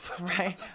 right